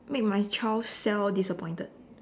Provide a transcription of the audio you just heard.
make my child self disappointed